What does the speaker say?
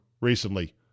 recently